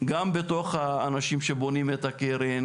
גם בתוך האנשים שבונים את הקרן,